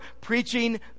preaching